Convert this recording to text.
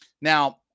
Now